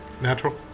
Natural